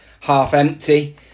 half-empty